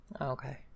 Okay